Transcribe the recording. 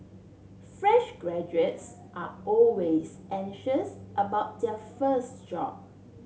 fresh graduates are always anxious about their first job